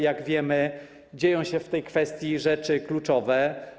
Jak wiemy, dzieją się w tej kwestii rzeczy kluczowe.